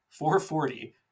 440